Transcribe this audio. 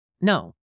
No